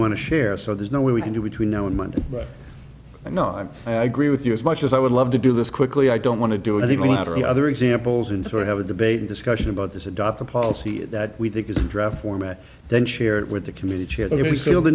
want to share so there's no way we can do between now and monday but i know i agree with you as much as i would love to do this quickly i don't want to do it i think a lot of the other examples and so we have a debate and discussion about this adopt a policy that we think is in draft form and then share it with the community here they feel the